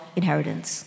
inheritance